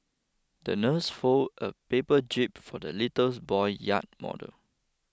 the nurse folded a paper jib for the little boy yacht model